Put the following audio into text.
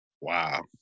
Wow